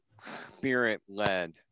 spirit-led